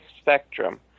spectrum